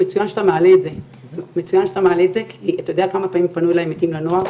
מצוין שאתה מעלה את זה כי אתה יודע כמה פעמים פנו אליי 'עמיתים לנוער'